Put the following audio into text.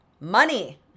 money